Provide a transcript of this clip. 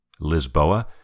Lisboa